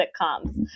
sitcoms